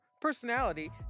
personality